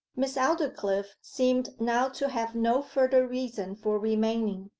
miss aldclyffe seemed now to have no further reason for remaining,